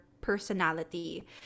personality